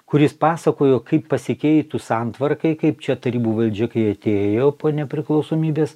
kuris pasakojo kaip pasikeitus santvarkai kaip čia tarybų valdžia kai atėjau po nepriklausomybės